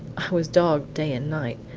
i was dogged day and night.